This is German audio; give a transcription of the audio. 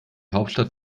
hauptstadt